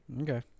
okay